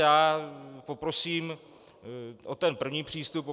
Já poprosím o ten první přístup.